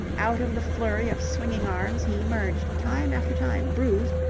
out of the flurry of swinging arms he emerged time after time bruised,